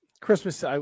Christmas